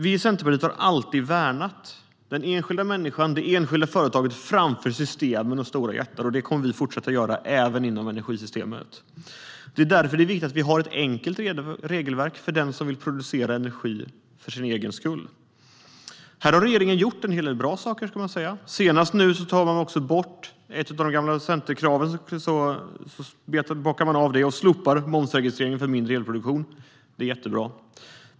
Vi i Centerpartiet har alltid värnat den enskilda människan och det enskilda företaget framför systemen och de stora jättarna, och det kommer vi att fortsätta göra även inom energisystemet. Det är därför som det är viktigt att vi har ett enkelt regelverk för den som vill producera energi för sin egen skull. Här har regeringen gjort en hel del bra saker. Senast har man tagit bort momsregistreringen för mindre elproduktion och kan därmed bocka av ett av de gamla centerkraven. Det är jättebra.